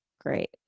great